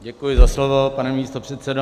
Děkuji za slovo, pane místopředsedo.